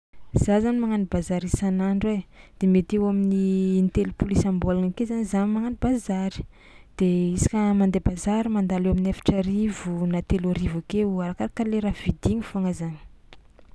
Za zany magnano bazary isan'andro ai de mety eo amin'ny intelopolo isam-bôlagna ake zany za magnano bazary de izy ka mandeha bazary mandalo eo amin'ny efatra arivo na telo arivo akeo arakaraka le raha vidiany foagna zany.